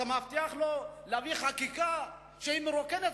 אתה מבטיח לו להביא חקיקה שמרוקנת